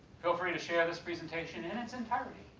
feel free to share this presentation in its entirety,